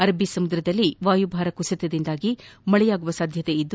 ಅರಬ್ಬಿ ಸಮುದ್ರದಲ್ಲಿ ವಾಯುಭಾರ ಕುಸಿತದಿಂದಾಗಿ ಮಳೆಯಾಗುವ ಸಾಧ್ಯತೆ ಇದೆ